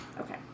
Okay